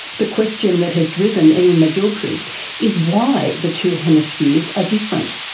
the question that has driven iain mcgilchrist is why the two hemispheres are different.